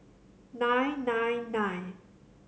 nine nine nine